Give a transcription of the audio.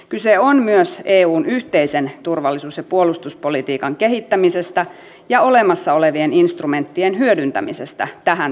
kyse on myös eun yhteisen turvallisuus ja puolustuspolitiikan kehittämisestä ja olemassa olevien instrumenttien hyödyntämisestä tähän tarkoitukseen